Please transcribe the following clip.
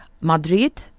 Madrid